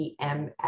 EMS